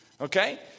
Okay